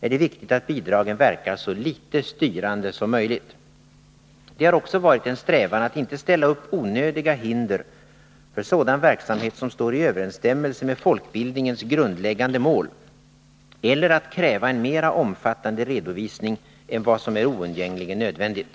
är det viktigt att bidragen verkar så lite styrande som möjligt. Det har också varit en strävan att inte ställa upp onödiga hinder för sådan verksamhet som står i överensstämmelse med folkbildningens grundläggande mål eller att kräva en mer omfattande redovisning än vad som är oundgängligen nödvändig.